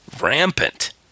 Rampant